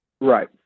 Right